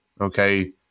Okay